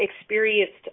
experienced